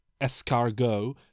escargot